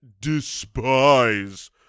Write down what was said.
despise